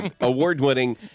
award-winning